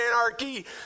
Anarchy